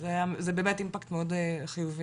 וזה באמת אינפקט מאוד חיובי.